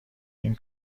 این